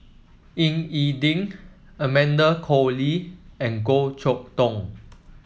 Ying E Ding Amanda Koe Lee and Goh Chok Tong